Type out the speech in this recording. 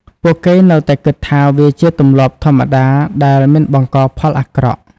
ពួកគេនៅតែគិតថាវាជាទម្លាប់ធម្មតាដែលមិនបង្កផលអាក្រក់។